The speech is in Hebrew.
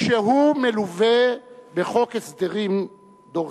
כשהוא מלווה בחוק הסדרים דורסני,